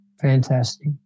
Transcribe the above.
Fantastic